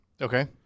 Okay